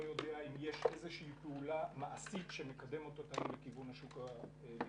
יודע אם יש איזושהי פעולה מעשית שמקדמת אותנו לכיוון השוק הדיגיטלי.